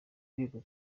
rwego